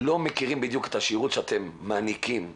לא מכירים בדיוק את השירות שאתם מעניקים וחבל,